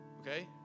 Okay